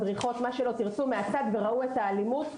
מדריכות מהצד וראו את האלימות.